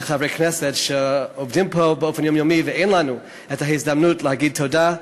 כחברי כנסת שעובדים פה באופן יומיומי ואין לנו הזדמנות להגיד תודה,